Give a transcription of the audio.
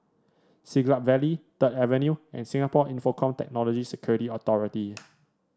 Siglap Valley Third Avenue and Singapore Infocomm Technology Security Authority